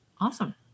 awesome